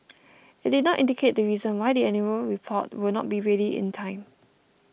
it did not indicate the reason why the annual report will not be ready in time